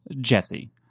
Jesse